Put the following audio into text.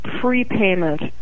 prepayment